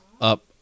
up